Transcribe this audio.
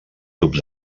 tubs